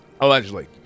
Allegedly